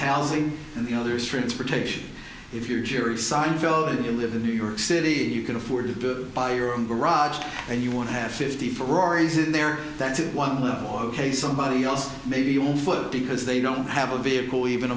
housing and the others transportation if you jerry seinfeld you live in new york city you can afford to buy your own garage and you want to have fifty ferrari's in there that's a one level ok somebody else maybe your foot because they don't have a vehicle even